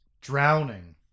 Drowning